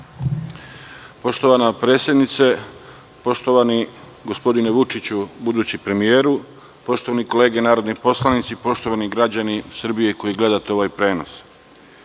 Poštovana predsednice, poštovani gospodine Vučiću, budući premijeru, poštovane kolege narodni poslanici, poštovani građani Srbije koji gledate ovaj prenos,